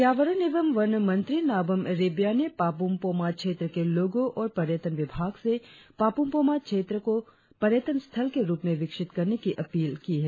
पर्यावरण एवं वन मंत्री नाबम रेबिया ने पापुम पोमा क्षेत्र के लोगों और पर्यटन विभाग से पापुम पोमा क्षेत्र को पर्यटन स्थल के रुप विकसित करने की अपील की है